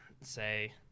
say